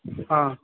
अ